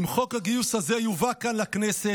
אם חוק הגיוס הזה יובא כאן לכנסת,